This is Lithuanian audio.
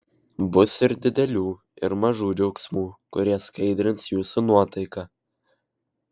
bus ir didelių ir mažų džiaugsmų kurie skaidrins jūsų nuotaiką